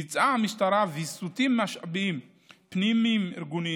ביצעה המשטרה ויסותים משאביים פנים-ארגוניים,